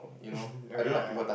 oh ya ya